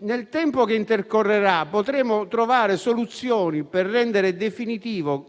nel tempo che intercorrerà, potremo trovare soluzioni per rendere definitiva